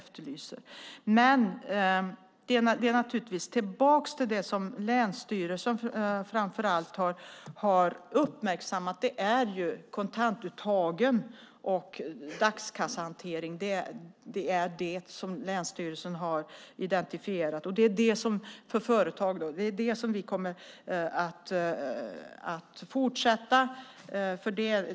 Jag kommer tillbaka till det som länsstyrelsen framför allt har uppmärksammat, nämligen kontantuttagen och dagskassehanteringen. Det är det som länsstyrelsen har identifierat för företag, och det är det som vi kommer att fortsätta med.